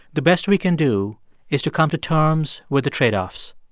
the best we can do is to come to terms with the trade-offs,